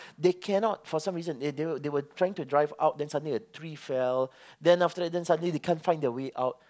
they cannot for some reason they were they were they were trying to drive out then suddenly tree fell then after that then suddenly they can't find their way out